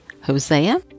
Hosea